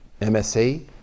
MSA